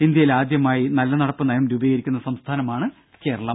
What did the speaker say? ഇന്ത്യയിൽ ആദ്യമായി നല്ലനടപ്പ് നയം രൂപീകരിക്കുന്ന സംസ്ഥാനമാണ് കേരളം